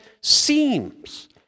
seems